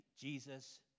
Jesus